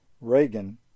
Reagan